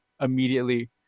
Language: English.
immediately